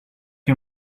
you